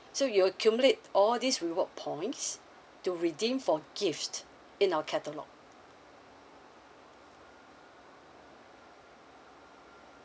so you accumulate all this reward points to redeem for gifts in our catalogue